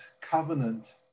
Covenant